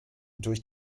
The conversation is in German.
durch